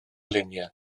luniau